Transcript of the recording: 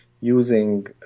using